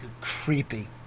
creepy